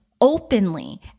openly